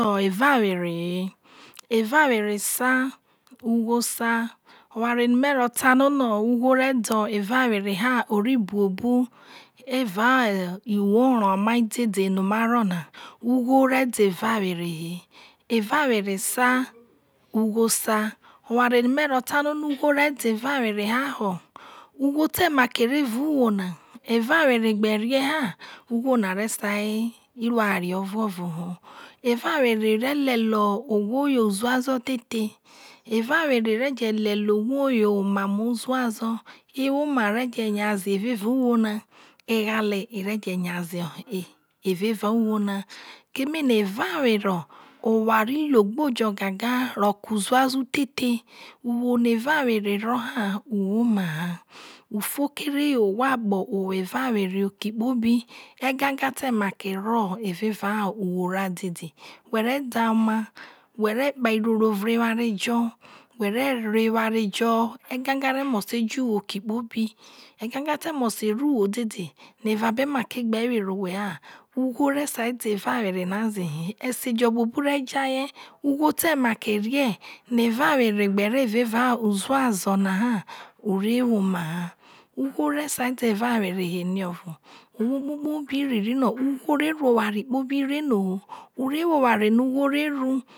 yo evaware he evawere sei ugho sa eware me ro ta no no ugho re da evaware ha ori bu obu evao uwo oro mai dede no ma ro na ugho evawere he evawere sa ugho sa owere no me ro ta no no ugho re de evawere lia ho ugho te make ro evao uwo na evaewere gbe rie ha i. ugho ne re sai lu oware ovuoro ho evawere re celie owho yo uzuazo the the evawere re je lelie ohwo yo emamo uzuaze evao uwo na eghale ere je nya ze evevao uwio na kene na evawero oware logbo jo gaga roko uzuazo thei the wo wo evawere ero ha uwoma ha ufo kere ohwo akpo owo era were oke kpobi egage te ma ke ro evao uwo ra dede were da oma were kpa iroro ure eware to were re eware jo ega ga re mose jo uwo okeokpobi egaga te ma ke ro uwo dede no eva be ma ke gbe were owhe ha ugho re sai de evawere na ze we ese jo buo bu re ja ge ugho te mala rie yo evaware gbe ro evao uzuzo na ha ore woma ha ugho re sai deveva were he movo owho kpokpobi bi riri no ugho re luo eware kpobi re no ho ore wo oware no ugho re lu